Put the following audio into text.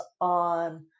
on